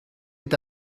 est